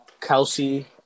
Kelsey